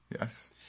Yes